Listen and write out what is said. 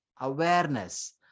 awareness